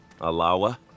Alawa